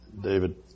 David